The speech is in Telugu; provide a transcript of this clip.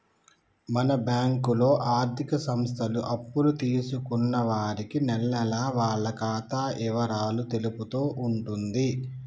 మన బ్యాంకులో ఆర్థిక సంస్థలు అప్పులు తీసుకున్న వారికి నెలనెలా వాళ్ల ఖాతా ఇవరాలు తెలుపుతూ ఉంటుంది